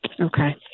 Okay